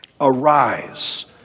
arise